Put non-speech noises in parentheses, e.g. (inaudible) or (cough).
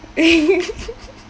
(laughs)